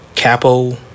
Capo